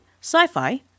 Sci-fi